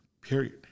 period